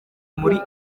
muri